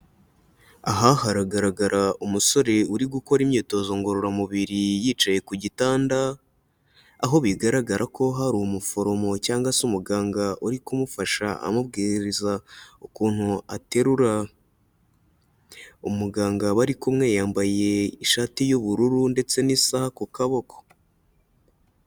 Aha haragaragara umusore uri gukora imyitozo ngororamubiri yicaye ku gitanda, aho bigaragara ko hari umuforomo cyangwa se umuganga uri kumufasha amubwiriza ukuntu aterura. Umuganga bari kumwe yambaye ishati y'ubururu ndetse n'isaha ku kaboko.